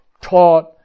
taught